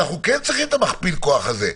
אנחנו כן צריכים את המכפיל כוח הזה.